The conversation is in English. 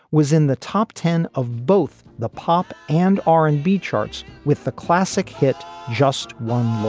was in the top ten of both the pop and r and b charts with the classic hit just one.